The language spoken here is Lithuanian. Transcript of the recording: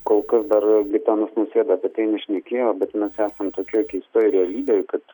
kol kas dar gitanas nausėda apie tai nešnekėjo bet mes esam tokioj keistoj realybėj kad